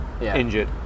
injured